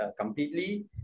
completely